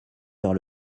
vers